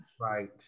Right